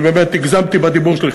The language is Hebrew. אני באמת הגזמתי בדיבור שלי.